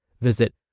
Visit